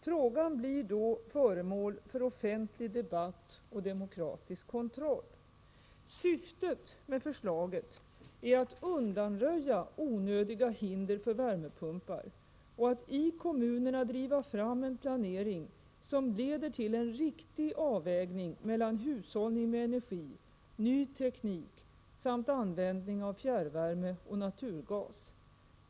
Frågan blir då föremål för offentlig debatt och demokratisk kontroll. Syftet med förslaget är att undanröja onödiga hinder för värmepumpar och att i kommunerna driva fram en planering, som leder till en riktig avvägning mellan hushållning med energi, ny teknik samt användning av fjärrvärme och 151 naturgas.